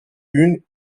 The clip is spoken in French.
une